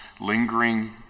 lingering